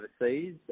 overseas